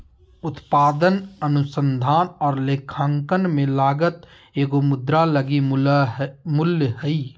उत्पादन अनुसंधान और लेखांकन में लागत एगो मुद्रा लगी मूल्य हइ